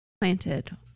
planted